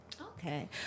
Okay